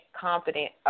confident